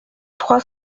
trois